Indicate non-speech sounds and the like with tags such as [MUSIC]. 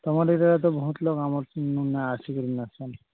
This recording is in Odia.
ତମ [UNINTELLIGIBLE] ତ ବହୁତ ଲୋକ ଆମର ନା ଆସିକିନା